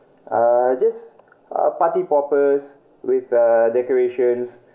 uh just uh party poppers with uh decorations